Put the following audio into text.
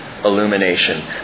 Illumination